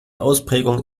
ausprägung